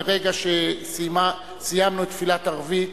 מרגע שסיימנו את תפילת ערבית,